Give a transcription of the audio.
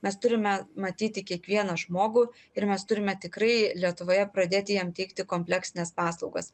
mes turime matyti kiekvieną žmogų ir mes turime tikrai lietuvoje pradėti jam teikti kompleksines paslaugas